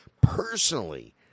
personally